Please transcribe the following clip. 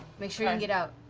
make sure you can get out.